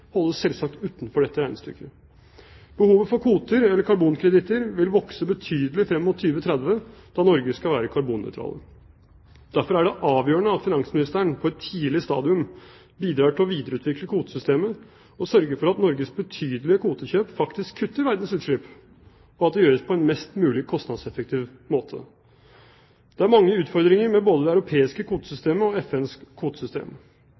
holdes selvsagt utenfor dette regnestykket. Behovet for kvoter, eller karbonkreditter, vil vokse betydelig frem mot 2030, da Norge skal være karbonnøytral. Derfor er det avgjørende at finansministeren på et tidlig stadium bidrar til å videreutvikle kvotesystemet og sørger for at Norges betydelige kvotekjøp faktisk kutter verdens utslipp, og at det gjøres på en mest mulig kostnadseffektiv måte. Det er mange utfordringer med både det europeiske kvotesystemet og FNs kvotesystem.